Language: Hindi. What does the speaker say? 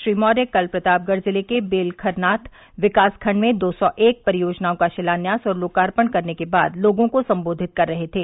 श्री मौर्य कल प्रतापगढ़ ज़िले के बेलखरनाथ विकासखंड में दो सौ एक परियोजनाओं का शिलान्यास और लोकार्पण करने के बाद लोगों को संबोधित कर रहे थे